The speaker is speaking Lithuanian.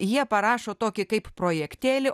jie parašo tokį kaip projektėlį